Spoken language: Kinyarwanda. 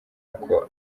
koko